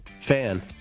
fan